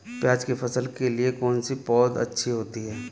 प्याज़ की फसल के लिए कौनसी पौद अच्छी होती है?